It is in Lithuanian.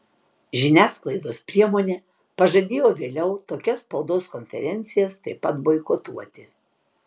žiniasklaidos priemonė pažadėjo vėliau tokias spaudos konferencijas taip pat boikotuoti